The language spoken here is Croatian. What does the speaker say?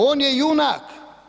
On je junak.